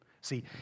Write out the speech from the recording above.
See